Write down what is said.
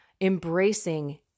embracing